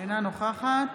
אינה נוכחת